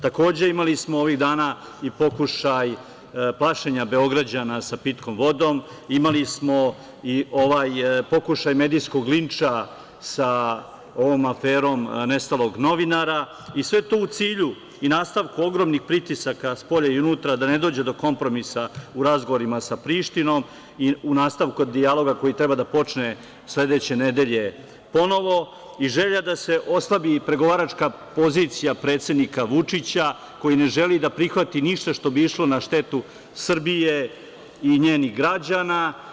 Takođe, imali smo ovih dana i pokušaj plašenja Beograđana sa pitkom vodom, imali smo i pokušaj medijskog linča sa ovom aferom nestalog novinara, i sve to u cilju i nastavku ogromnih pritisaka spolja i unutra, da ne dođe do kompromisa u razgovorima sa Prištinom i u nastavku dijaloga koji treba da počne sledeće nedelje ponovo, iz želje da se oslabi pregovaračka pozicija predsednika Vučića, koji ne želi da prihvati ništa što bi išlo na štetu Srbije i njenih građana.